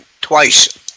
twice